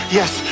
yes